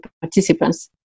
participants